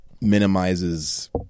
minimizes